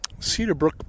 Cedarbrook